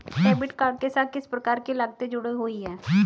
Debit card के साथ किस प्रकार की लागतें जुड़ी हुई हैं?